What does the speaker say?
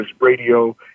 radio